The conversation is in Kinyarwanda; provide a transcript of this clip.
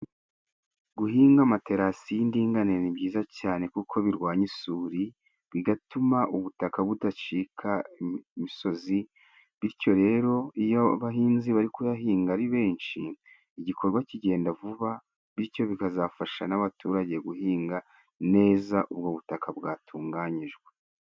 Guhinga amaterasi g'indinganire ni byiza cane kuko birwanya isuri bigatuma ubutaka budacika imisozi. Bityo rero, iyo abahinzi bari kuyahinga ari benshi igikorwa kigenda vuba. Bityo bikazafasha n'abaturage guhinga neza ubwo butaka bwatunganyijwe.